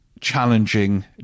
challenging